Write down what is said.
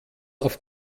auf